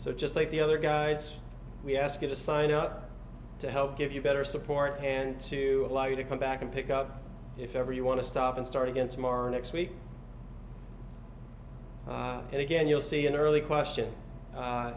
so just like the other guides we ask you to sign up to help give you better support and to allow you to come back and pick up if ever you want to stop and start again tomorrow next week and again you'll see an early question